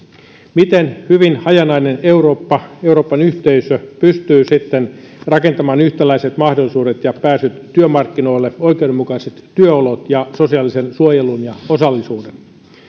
miten hyvin hajanainen euroopan yhteisö pystyy sitten rakentamaan yhtäläiset mahdollisuudet ja pääsyt työmarkkinoille oikeudenmukaiset työolot ja sosiaalisen suojelun ja osallisuuden